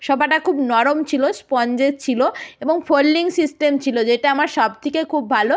সোফাটা খুব নরম ছিলো স্পঞ্জের ছিলো এবং ফোল্ডিং সিস্টেম ছিলো যেটা আমার সব থেকে খুব ভালো